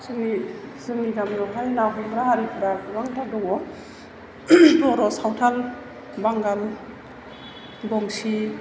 जोंनि जोंनि गामियाव हाय ना हमग्रा हारिफोरा गोबांथार दङ बर' सावथाल बांगाल बंसि